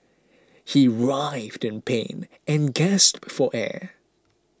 he writhed in pain and gasped for air